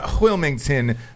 Wilmington